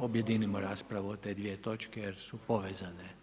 objedinimo raspravu o te dvije točke jer su povezane?